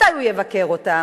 מתי הוא יבקר אותן?